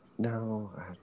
No